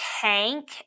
tank